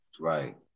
Right